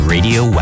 Radio